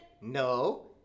No